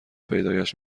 پیدایش